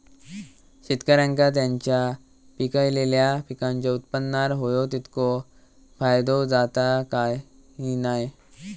शेतकऱ्यांका त्यांचा पिकयलेल्या पीकांच्या उत्पन्नार होयो तितको फायदो जाता काय की नाय?